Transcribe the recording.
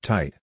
Tight